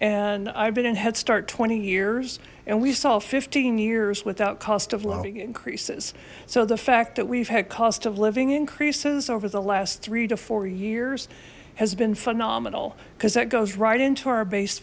and i've been in head start twenty years and we saw fifteen years without cost of living increases so the fact that we've had cost of living increases over the last three to four years has been phenomenal because that goes right into our base